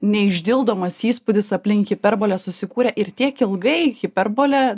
neišdildomas įspūdis aplink hiperbolę susikūrė ir tiek ilgai hiperbolė